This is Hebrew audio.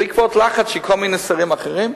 בעקבות לחץ של כל מיני שרים אחרים,